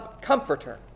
comforter